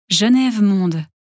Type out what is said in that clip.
Genève-Monde